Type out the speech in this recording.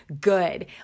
good